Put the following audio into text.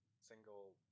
single